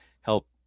help